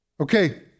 Okay